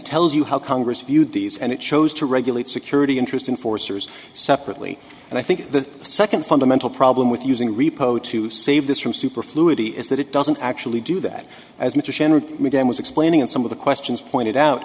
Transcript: tells you how congress viewed these and it shows to regulate security interest in forster's separately and i think the second fundamental problem with using repo to save this from superfluity is that it doesn't actually do that as mr mcgann was explaining and some of the questions pointed out